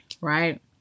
right